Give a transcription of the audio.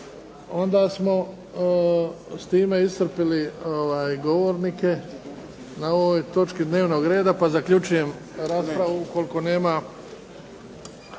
Onda smo s time iscrpili govornike na ovoj točki dnevnog reda pa zaključujem raspravu. Glasovat